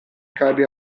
carri